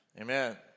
Amen